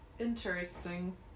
Interesting